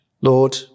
Lord